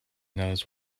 knows